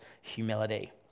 humility